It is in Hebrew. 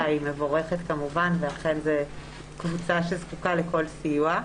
היא מבורכת ואכן זאת קבוצה שזקוקה לכל סיוע.